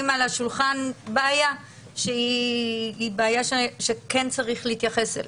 על השולחן בעיה שכן צריך להתייחס אליה.